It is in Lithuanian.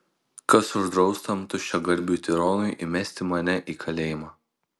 kas uždraus tam tuščiagarbiui tironui įmesti mane į kalėjimą